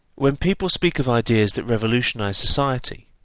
when people speak of ideas that revolutionise society,